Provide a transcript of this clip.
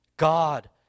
God